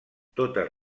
totes